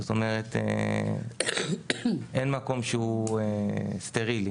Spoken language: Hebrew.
אין מקום שהוא סטרילי.